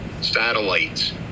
Satellites